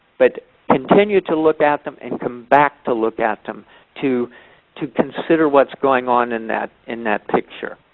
but continue to look at them and come back to look at them to to consider what's going on in that in that picture.